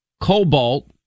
cobalt